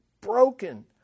broken